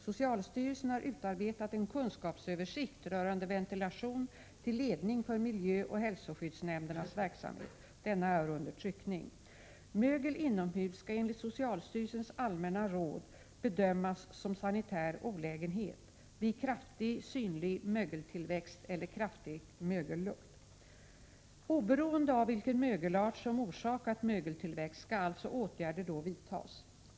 Socialstyrelsen har utarbetat en kunskapsöversikt rörande ventilation till ledning för miljöoch hälsoskyddsnämndernas verksamhet. Denna är under tryckning. Mögel inomhus skall enligt socialstyrelsens allmänna råd 1984:19 bedömas som sanitär olägenhet vid kraftig synlig mögeltillväxt eller kraftig mögellukt. Oberoende av vilken mögelart som orsakat mögeltillväxt skall alltså åtgärder då vidtas.